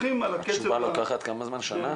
תשובה לוקחת כמה זמן, שנה?